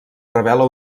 revela